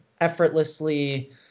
effortlessly